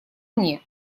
мне